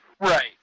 right